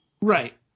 Right